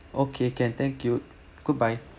okay can thank you goodbye